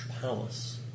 palace